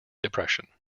depression